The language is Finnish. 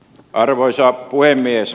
arvoisa puhemies